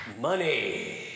Money